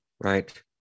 Right